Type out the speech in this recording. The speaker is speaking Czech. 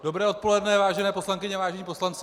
Dobré odpoledne, vážené poslankyně, vážení poslanci.